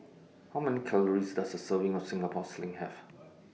How Many Calories Does A Serving of Singapore Sling Have